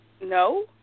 No